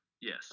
yes